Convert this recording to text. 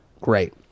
great